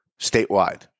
statewide